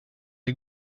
ein